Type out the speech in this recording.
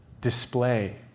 display